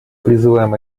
призываем